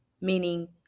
Meaning